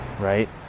Right